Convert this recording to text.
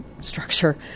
structure